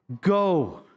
Go